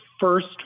First